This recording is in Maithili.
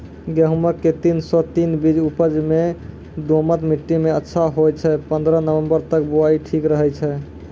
गेहूँम के तीन सौ तीन बीज उपज मे दोमट मिट्टी मे अच्छा होय छै, पन्द्रह नवंबर तक बुआई ठीक रहै छै